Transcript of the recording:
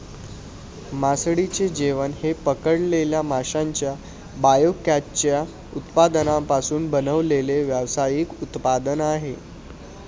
मासळीचे जेवण हे पकडलेल्या माशांच्या बायकॅचच्या उत्पादनांपासून बनवलेले व्यावसायिक उत्पादन आहे